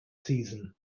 season